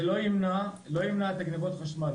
זה לא ימנע את הגניבות חשמל,